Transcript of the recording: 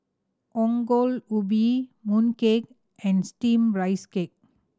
Ongol Ubi mooncake and Steamed Rice Cake